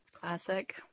Classic